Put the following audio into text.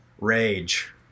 Rage